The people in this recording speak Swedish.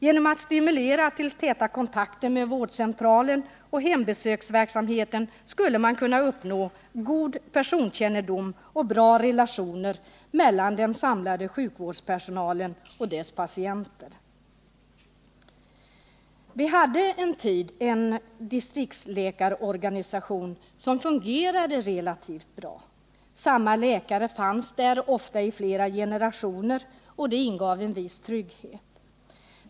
Genom att stimulera till täta kontakter med vårdcentraler och hembesöksverksamhet skulle man kunna uppnå god personkännedom och bra relationer mellan den samlade sjukvårdspersonalen och dess patienter. Vi hade en tid en distriktsläkarorganisation, som fungerade relativt bra. Samma läkare fanns där, ofta i flera generationer, vilket ingav en viss trygghet.